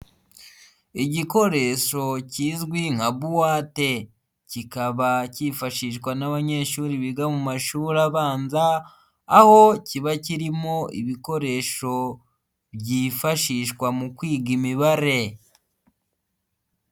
Igikoresho kizwi nka buwate, kikaba cyifashishwa n'abanyeshuri biga mu mashuri abanza, aho kiba kirimo ibikoresho byifashishwa mu kwiga imibare.